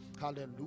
hallelujah